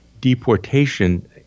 deportation